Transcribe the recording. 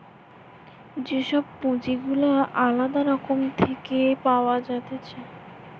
যে সব পুঁজি গুলা আলদা রকম থেকে পাওয়া যাইতেছে